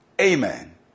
amen